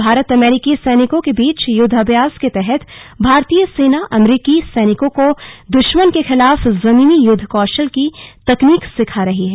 भारत अमेरिकी सैनिकों के बीच युद्धाभ्यास के तहत भारतीय सेना अमरिकी सैनिकों को दुश्मन के खिलाफ जमीनी युद्ध कौशल की तकनीक सिखा रही है